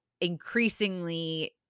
increasingly